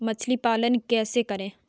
मछली पालन कैसे करें?